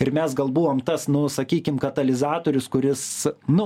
ir mes gal buvom tas nu sakykime katalizatorius kuris nu